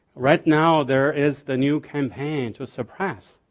right now there is the new campaign to suppress